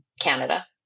Canada